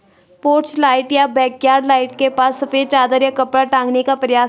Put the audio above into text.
porch light या backyard light के पास सफेद चादर या कपड़ा टांगने का प्रयास करें